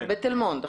בתל מונד.